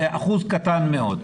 זה אחוז קטן מאוד.